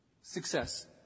Success